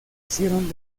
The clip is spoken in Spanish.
hicieron